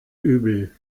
übel